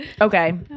Okay